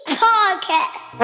podcast